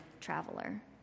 traveler